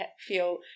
feel